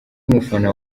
umufana